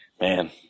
Man